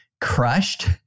crushed